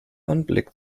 anblick